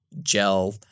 gel